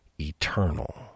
eternal